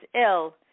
ill